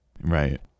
right